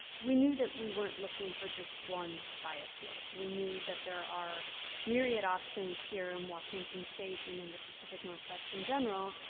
we knew that we weren't looking for just one biofuel. we knew that there are myriad options here in washington state and in the pacific northwest in general.